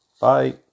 bye